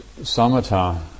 samatha